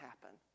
happen